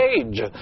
age